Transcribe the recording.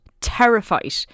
Terrified